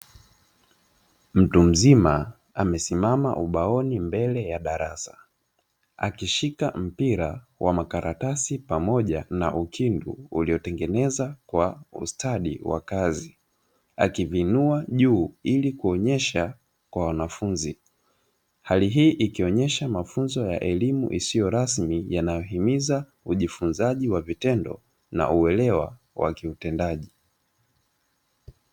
Mtu mzima amesimama ubaoni mbele ya darasa akishika mpira wa makaratasi pamoja na ukindu uliotengeneza kwa kustadi wa kazi akiviinua juu ili kuonyesha kwa wanafunzi, hali hii ikionyesha mafunzo ya elimu isiyo rasmi yanayohimiza ujifunzaji wa vitendo na uelewa wa kiutendaji.